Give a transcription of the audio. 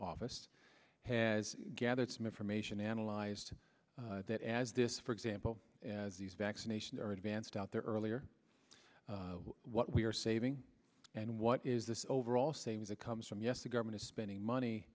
office has gathered some information analyzed that as this for example as these vaccinations are advanced out there earlier what we are saving and what is the overall same as it comes from yes the government is spending money